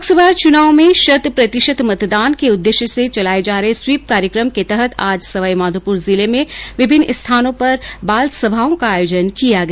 लोकसभा चुनाव में शत प्रतिशत मतदान के उद्देश्य से चलाये जा रहे स्वीप कार्यक्रम के तहत आज सवाईमाधोपुर जिले में विभिन्नस्थानों पर बाल समाओं का आयोजन किया गया